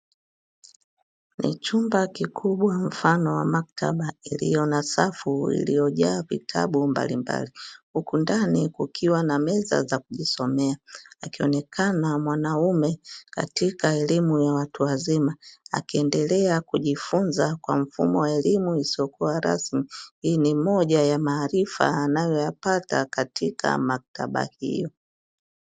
Ni chumba kikubwa mfano wa maktaba iliyo na safu iliyojaa vitabu mbalimbali, huku ndani kukiwa na meza za kujisomea, akionekana mwaname katika elimu ya watu wazima, akiendelea kujifunza kwa mfumo wa elimu isiyokuwa rasmi, hii ni moja ya maarifa anayoyapata katika maktaba hiyo.